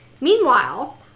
Meanwhile